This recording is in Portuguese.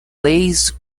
leis